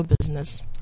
business